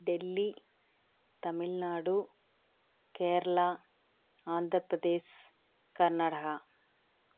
Delhi Tamil Nadu Kerala Andhra Pradesh Karnataka